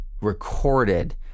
recorded